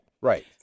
Right